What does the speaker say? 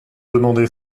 demandé